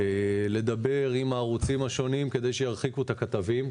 לדבר עם הערוצים השונים כדי שירחיקו את הכתבים.